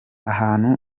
ahantu